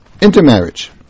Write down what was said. intermarriage